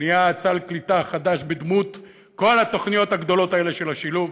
בניית סל קליטה חדש בדמות כל התוכניות הגדולות האלה של השילוב,